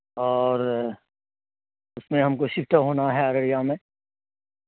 اور میں ہم کو سفٹ ہونا ہے ارڑیا میں